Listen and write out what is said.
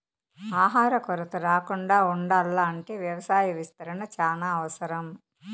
ఆహార కొరత రాకుండా ఉండాల్ల అంటే వ్యవసాయ విస్తరణ చానా అవసరం